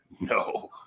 no